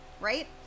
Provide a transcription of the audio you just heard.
right